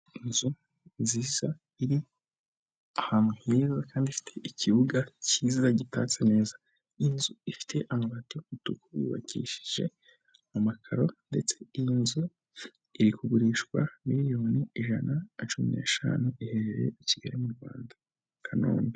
Inzu nziza iri ahantu heza kandi ifite ikibuga cyiza gitatse neza, inzu ifite amabati y'umutuku yubakishije amakaro ndetse iyi nzu iri kugurishwa miliyoni ijana cumi n'eshanu; iherereye i Kigali mu Rwanda i Kanombe.